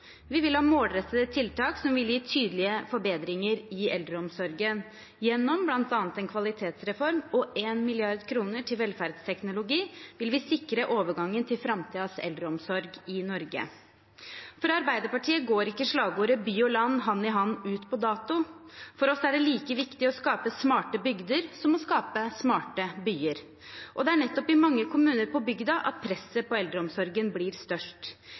Vi vil ha målrettede tiltak som vil gi tydelige forbedringer i eldreomsorgen. Gjennom bl.a. en kvalitetsreform og 1 mrd. kr til velferdsteknologi vil vi sikre overgangen til framtidens eldreomsorg i Norge. For Arbeiderpartiet går ikke slagordet «By og land hand i hand» ut på dato. For oss er det like viktig å skape smarte bygder som å skape smarte byer. Og det er nettopp i mange kommuner på bygda at presset på eldreomsorgen blir størst.